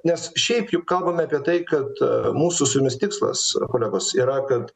nes šiaip juk kalbame apie tai kad a mūsų su jumis tikslas kolegos yra kad